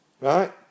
right